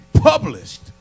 published